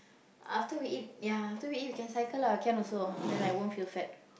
after we eat ya after we eat we can cycle lah can also then I won't feel fat